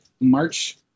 March